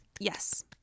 yes